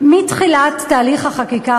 מתחילת תהליך החקיקה,